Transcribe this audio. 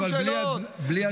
זה חשוב, אבל בלי הדלפות.